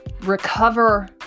recover